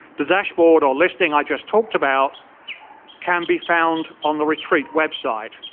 the dashboard or listing i just talked about can be found on the retreat website,